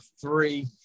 three